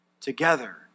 together